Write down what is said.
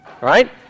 right